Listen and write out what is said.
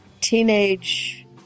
teenage